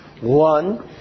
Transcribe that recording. One